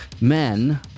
men